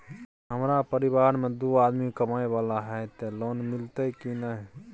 हमरा परिवार में दू आदमी कमाए वाला हे ते लोन मिलते की ने?